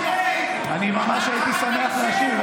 אני ממש הייתי שמח להשיב,